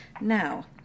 Now